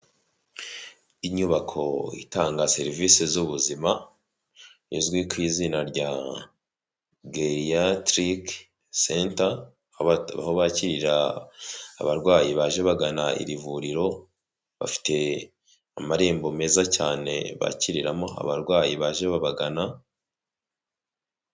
Inyubako itanga serivisi z'ubuzima izwi ku izina rya geyatitike senta aho bakirira abarwayi baje babagana iri vuriro bafite amarembo meza cyane bakiriramo abarwayi baje babagana.